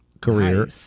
career